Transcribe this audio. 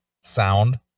sound